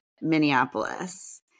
Minneapolis